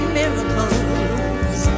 miracles